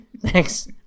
Thanks